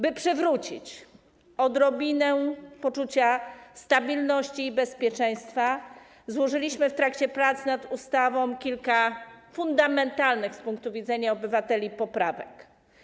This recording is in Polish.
By przywrócić odrobinę poczucia stabilności i bezpieczeństwa, złożyliśmy w trakcie prac nad ustawą kilka fundamentalnych z punktu widzenia obywateli poprawek.